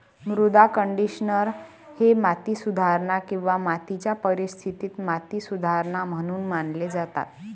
मृदा कंडिशनर हे माती सुधारणा किंवा मातीच्या परिस्थितीत माती सुधारणा म्हणून मानले जातात